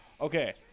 Okay